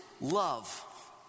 love